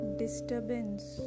disturbance